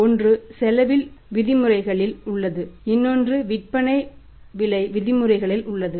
ஒன்று செலவில் விதிமுறைகளில் உள்ளது இன்னொன்று விற்பனை விலை விதிமுறைகளில் உள்ளது